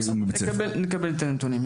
נקבל את הנתונים.